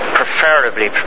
preferably